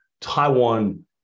Taiwan